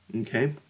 okay